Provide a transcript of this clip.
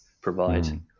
provide